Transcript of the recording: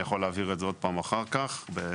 אני יכול להעביר את זה עוד פעם אחר כך בנפרד.